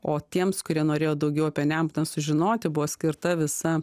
o tiems kurie norėjo daugiau apie nemuną ten sužinoti buvo skirta visa